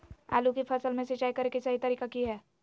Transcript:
आलू की फसल में सिंचाई करें कि सही तरीका की हय?